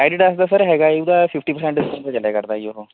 Adidas ਦਾ sir ਹੈਗਾ ਉਹਦਾ ਫੀਫਟੀ ਪ੍ਰਸੈਂਟ ਡਿੰਸਕਾਊਂਟ ਚੱਲਿਆ ਕਰਦਾ ਜੀ ਉਹ